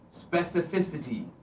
specificity